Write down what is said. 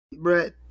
Brett